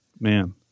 Man